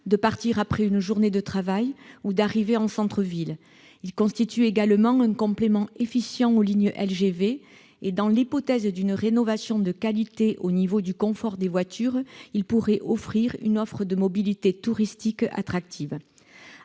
de partir après une journée de travail, et d'arriver en centre-ville. Ils constituent également un complément efficient aux lignes à grande vitesse et, dans l'hypothèse d'une rénovation de qualité du confort des voitures, ils pourraient représenter une offre de mobilité touristique attractive.